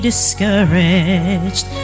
Discouraged